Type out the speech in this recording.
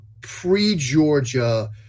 pre-Georgia